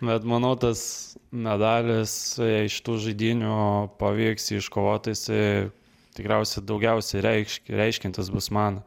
bet manau tas medalis jei iš šitų žaidynių pavyks jį iškovot tai jisai tikriausiai daugiausiai reikš reiškiantis bus man